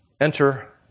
Enter